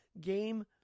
game